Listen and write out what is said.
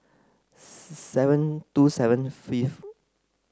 seven two seven